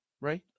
right